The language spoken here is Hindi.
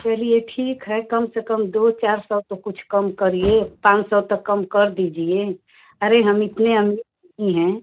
चलिए ठीक है कम से कम दो चार सौ तो कुछ कम करिए पाँच सौ तक कम कर दीजिए अरे हम इतने अमीर नहीं हैं